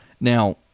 now